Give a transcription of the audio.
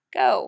go